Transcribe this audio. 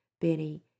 Benny